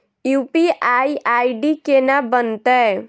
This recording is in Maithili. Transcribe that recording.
यु.पी.आई आई.डी केना बनतै?